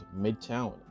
midtown